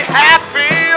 happy